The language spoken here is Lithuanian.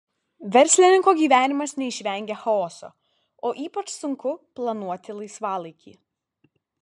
verslininko gyvenimas neišvengia chaoso o ypač sunku planuoti laisvalaikį